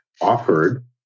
offered